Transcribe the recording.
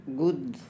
good